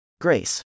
Grace